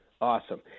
Awesome